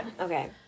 Okay